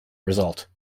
result